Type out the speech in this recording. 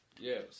Yes